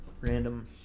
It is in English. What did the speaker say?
random